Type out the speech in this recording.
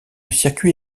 circuit